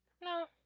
No